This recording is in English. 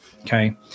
Okay